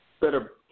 better